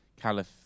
caliph